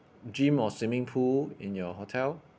gym or swimming pool in your hotel